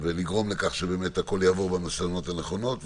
ולגרום לכך שהכול יעבור במסננות הנכונות.